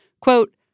Quote